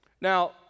Now